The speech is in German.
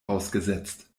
ausgesetzt